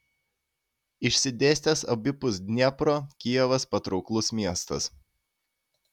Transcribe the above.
išsidėstęs abipus dniepro kijevas patrauklus miestas